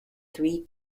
three